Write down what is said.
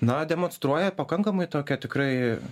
na demonstruoja pakankamai tokią tikrai